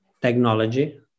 technology